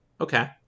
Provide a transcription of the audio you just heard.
okay